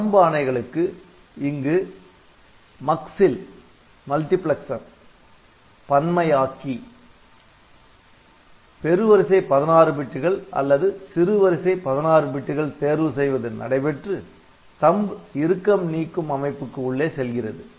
THUMB ஆணைகளுக்கு இங்கு Mux ல் பன்மையாக்கி பெரு வரிசை 16 பிட்டுகள் அல்லது சிறு வரிசை 16 பிட்டுகள் தேர்வு செய்வது நடைபெற்று THUMB இறுக்கம் நீக்கும் அமைப்புக்கு உள்ளே செல்கிறது